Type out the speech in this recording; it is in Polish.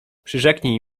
przyrzeknij